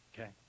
Okay